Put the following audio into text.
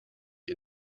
ihr